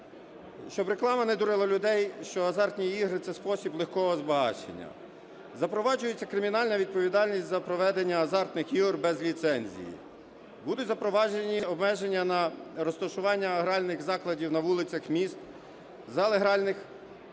щоб реклама не дурила людей, що азартні ігри – це спосіб легкого збагачення. Запроваджується кримінальна відповідальність за проведення азартних ігор без ліцензії, будуть запроваджені обмеження на розташування гральних закладів на вулицях міст, зали гральних